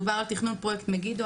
דובר על תכנון פרויקט מגידו,